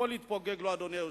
הכול התפוגג לו, אדוני היושב-ראש.